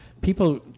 people